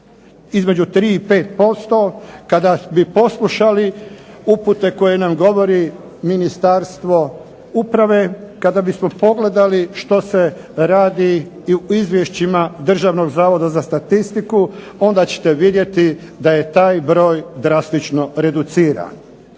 i pet posto kada bi poslušali upute koje nam govori Ministarstvo uprave, kada bismo pogledali što se radi i u izvješćima Državnog zavoda za statistiku onda ćete vidjeti da je taj broj drastično reduciran.